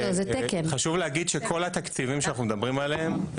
חשוב להגיד שכל התקציבים שאנחנו מדברים עליהם,